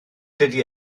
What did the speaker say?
dydy